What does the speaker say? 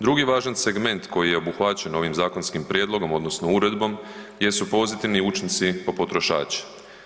Drugi važan segment koji je obuhvaćen ovim zakonskim prijedlogom odnosno uredbom jesu pozitivni učinci pa potrošači.